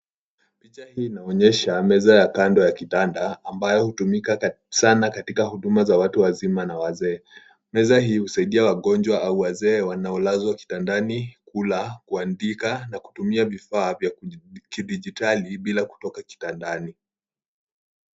Picha hii inaonyesha meza ya kandoo ya kitanda ambayo hutumika sana katika huduma za watu wazima na wazee. Mezaa hii husaidia wagonjwa au wazee wanao lazwa kitandani kula, kuandika na kutumia vifaa vya kidijitali bila kutoka kitandani.